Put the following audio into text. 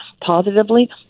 positively